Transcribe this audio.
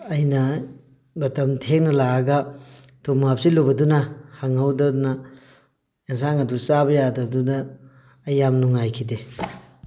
ꯑꯩꯅ ꯃꯇꯝ ꯊꯦꯡꯅ ꯂꯥꯛꯑꯒ ꯊꯨꯝ ꯍꯥꯞꯆꯤꯜꯂꯨꯕꯗꯨꯅ ꯍꯪꯍꯧꯗꯗꯅ ꯑꯦꯟꯖꯥꯡ ꯑꯗꯨ ꯆꯥꯕ ꯌꯥꯗꯕꯗꯨꯅ ꯑꯩ ꯌꯥꯝ ꯅꯨꯡꯉꯥꯏꯈꯤꯗꯦ